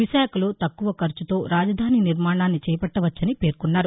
విశాఖలో తక్కువ ఖర్చుతో రాజధాని నిర్మాణాన్ని చేపట్టవచ్చని పేర్కొన్నారు